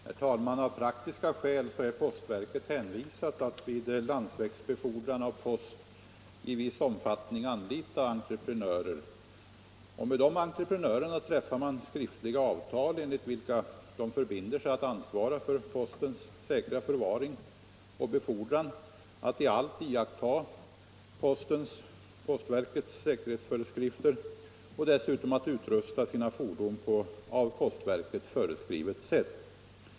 Herr talman! Av praktiska skäl är postverket hänvisat till att vid landsvägsbefordran av post i viss omfattning anlita entreprenörer. Med dessa träffas skriftliga avtal enligt vilka de förbinder sig att ansvara för postens säkra förvaring och befordran, att i allt iaktta postverkets säkerhetsföreskrifter samt att utrusta sina fordon på av verket föreskrivet sätt.